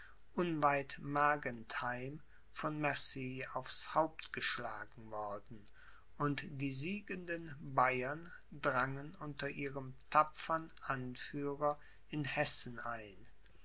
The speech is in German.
mergentheim von mercy aufs haupt geschlagen worden und die siegenden bayern drangen unter ihrem tapfern anführer in hessen ein